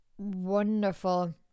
wonderful